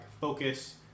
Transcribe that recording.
focus